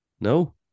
No